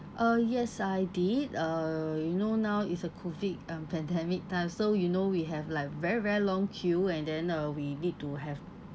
uh yes I did uh you know now it's a COVID um pandemic time so you know we have like very very long queue and then uh we need to have